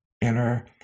inner